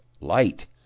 light